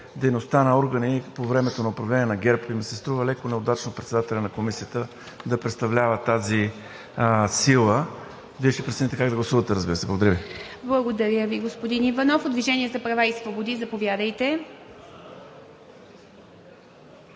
дейността на органи по времето на управление на ГЕРБ и ми се струва леко неудачно председателят на Комисията да представлява тази сила. Вие ще прецените как да гласувате. Благодаря Ви. ПРЕДСЕДАТЕЛ ИВА МИТЕВА: Благодаря Ви, господин Иванов. От „Движение за права и свободи“? Заповядайте.